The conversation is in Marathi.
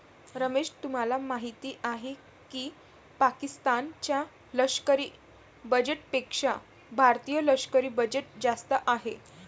रमेश तुम्हाला माहिती आहे की पाकिस्तान च्या लष्करी बजेटपेक्षा भारतीय लष्करी बजेट जास्त आहे